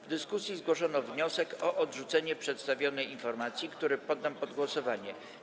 W dyskusji zgłoszono wniosek o odrzucenie przedstawionej informacji, który poddam pod głosowanie.